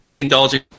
indulging